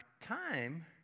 time